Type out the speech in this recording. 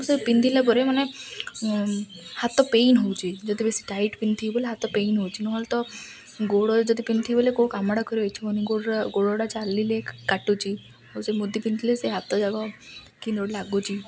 ମୁଁ ସେ ପିନ୍ଧିଲା ପରେ ମାନେ ହାତ ପେନ୍ ହେଉଛି ଯଦି ବେଶୀ ଟାଇଟ୍ ପିନ୍ଧିଥିବି ବେଲେ ହାତ ପେନ୍ ହେଉଛି ନହେଲେ ତ ଗୋଡ଼ ଯଦି ପିନ୍ଧିଥିବି ବେଲେ କୋଉ କାମଟା କରି ରହିଛିି ମାନେ ଗୋଡ଼ ଗୋଡ଼ଟା ଚାଲିଲେ କାଟୁଛି ଆଉ ସେ ମୁଦି ପିନ୍ଧିଲେ ସେ ହାତଯାକ କେମିତି ଗୋଟେ ଲାଗୁଛି